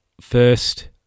first